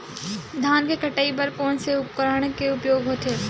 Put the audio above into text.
धान के कटाई बर कोन से उपकरण के उपयोग होथे?